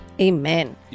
Amen